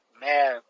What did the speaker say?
Man